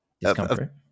discomfort